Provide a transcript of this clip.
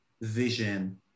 vision